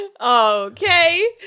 Okay